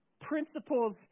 principles